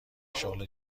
شغل